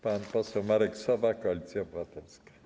Pan poseł Marek Sowa, Koalicja Obywatelska.